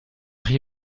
riz